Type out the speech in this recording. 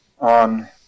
on